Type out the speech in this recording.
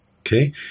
Okay